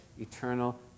eternal